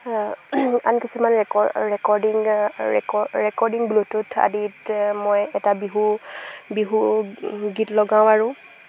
আন কিছুমান recording recording bluetooth আদিত মই এটা বিহু বিহু গীত লগাওঁ আৰু